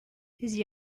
his